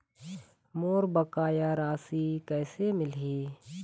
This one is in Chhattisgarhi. मोर बकाया राशि कैसे मिलही?